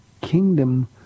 kingdom